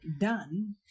done